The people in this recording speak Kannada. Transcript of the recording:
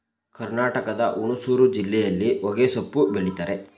ಕರ್ನಾಟಕದ ಹುಣಸೂರು ಜಿಲ್ಲೆಯಲ್ಲಿ ಹೊಗೆಸೊಪ್ಪು ಬೆಳಿತರೆ